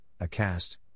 ACast